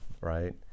right